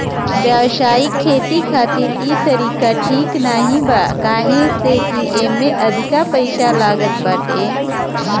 व्यावसायिक खेती खातिर इ तरीका ठीक नाही बा काहे से की एमे अधिका पईसा लागत बाटे